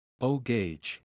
O-Gauge